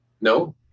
No